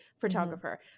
photographer